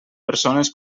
persones